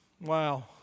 Wow